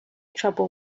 trouble